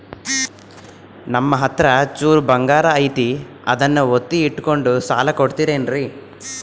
ನಮ್ಮಹತ್ರ ಚೂರು ಬಂಗಾರ ಐತಿ ಅದನ್ನ ಒತ್ತಿ ಇಟ್ಕೊಂಡು ಸಾಲ ಕೊಡ್ತಿರೇನ್ರಿ?